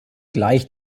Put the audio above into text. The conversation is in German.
gleich